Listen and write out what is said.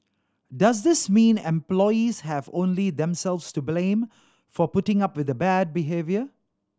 does this mean employees have only themselves to blame for putting up with the bad behaviour